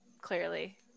clearly